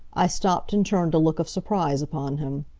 i stopped and turned a look of surprise upon him.